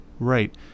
Right